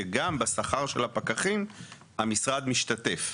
שגם בשכר של הפקחים המשרד משתתף.